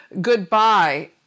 goodbye